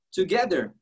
together